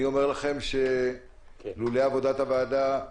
אני אומר לכם שלולא עבודת הוועדה,